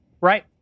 right